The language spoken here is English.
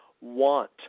want